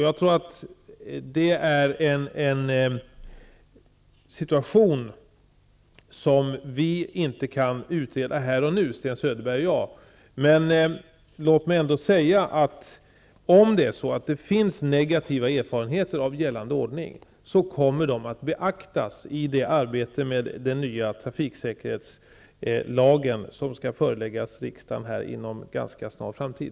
Jag tror att det är en situation som vi inte kan utreda här och nu, Sten Söderberg och jag, men låt mig ändå säga att eventuella negativa erfarenheter av gällande ordning kommer att beaktas i det arbete med den nya trafiksäkerhetslagen som skall föreläggas riksdagen inom en ganska snar framtid.